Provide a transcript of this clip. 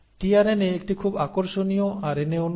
tRNA একটি খুব আকর্ষণীয় আরএনএ অণু